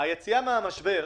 אנחנו